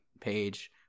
page